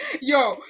Yo